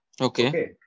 Okay